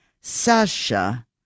Sasha